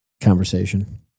conversation